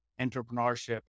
entrepreneurship